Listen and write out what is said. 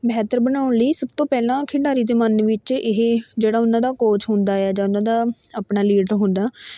ਬਿਹਤਰ ਬਣਾਉਣ ਲਈ ਸਭ ਤੋਂ ਪਹਿਲਾਂ ਖਿਡਾਰੀ ਦੇ ਮਨ ਵਿੱਚ ਇਹ ਜਿਹੜਾ ਉਹਨਾਂ ਦਾ ਕੋਚ ਹੁੰਦਾ ਆ ਜਾਂ ਉਹਨਾਂ ਦਾ ਆਪਣਾ ਲੀਡਰ ਹੁੰਦਾ